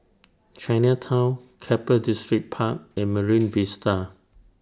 Chinatown Keppel Distripark and Marine Vista